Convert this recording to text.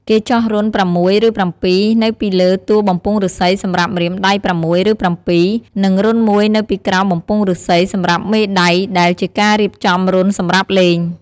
គេចោះរន្ធ ៦ ឬ ៧ នៅពីលើតួបំពង់ឫស្សីសម្រាប់ម្រាមដៃ ៦ ឬ ៧ និងរន្ធមួយនៅពីក្រោមបំពង់ឫស្សីសម្រាប់មេដៃដែលជាការរៀបចំរន្ធសម្រាប់លេង។